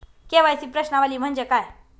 KYC प्रश्नावली म्हणजे काय?